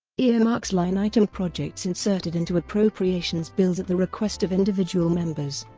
earmarks line-item projects inserted into appropriations bills at the request of individual members,